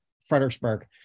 Fredericksburg